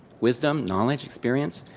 wisdom, knowledge, experience,